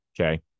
Okay